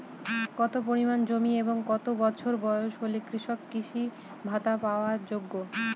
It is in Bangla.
কত পরিমাণ জমি এবং কত বছর বয়স হলে কৃষক কৃষি ভাতা পাওয়ার যোগ্য?